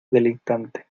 deleitante